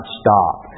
stop